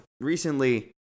recently